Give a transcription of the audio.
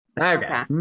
Okay